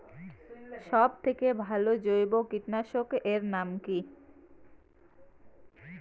সব থেকে ভালো জৈব কীটনাশক এর নাম কি?